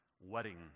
wedding